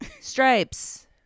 stripes